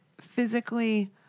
physically